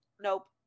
nope